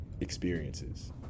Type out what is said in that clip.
experiences